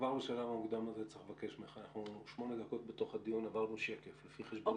אנחנו שמונה דקות בתוך הדיון ועברנו רק שקף אחד,